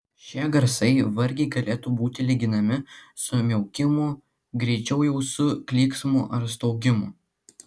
šie garsai vargiai galėtų būti lyginami su miaukimu greičiau jau su klyksmu ar staugimu